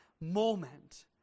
moment